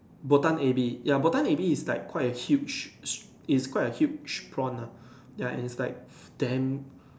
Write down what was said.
Botan Ebi ya Botan Ebi it's like quite a huge it's quite a huge prawn lah and it's like damn